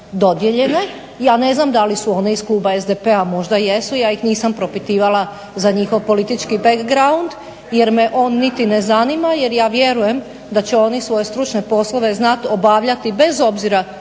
dodijeljene. Ja ne znam da li su one iz kluba SDP-a, možda jesu, ja ih nisam propitivala za njihov politički background jer me on niti ne zanima jer ja vjerujem da će oni svoje stručne poslove znati obavljati bez obzira